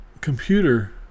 Computer